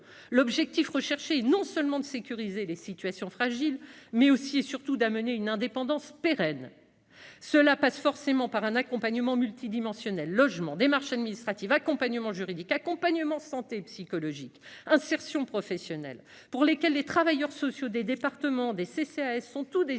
l'objectif est non seulement de sécuriser les situations fragiles, mais aussi, et surtout, de conduire à une indépendance pérenne. Cela passe forcément par un accompagnement multidimensionnel. Logement, démarches administratives, accompagnement juridique, accompagnement santé et psychologique, insertion professionnelle : autant de domaines dans lesquels les travailleurs sociaux des départements et des centres communaux